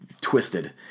twisted